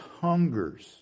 hungers